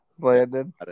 Landon